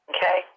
Okay